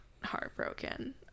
heartbroken